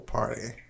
Party